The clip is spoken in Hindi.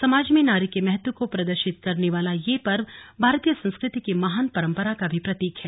समाज में नारी के महत्व को प्रदर्शित करने वाला यह पर्व भारतीय संस्कृति की महान परम्परा का भी प्रतीक है